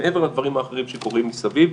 מעבר לדברים האחרים שקורים מסביב.